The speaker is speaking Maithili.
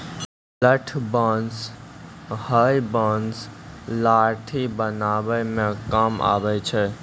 लठ बांस हैय बांस लाठी बनावै म काम आबै छै